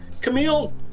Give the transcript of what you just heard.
Camille